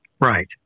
Right